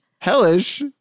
Hellish